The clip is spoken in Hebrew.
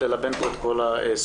ללבן פה את כל הסוגיות.